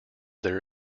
their